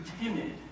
timid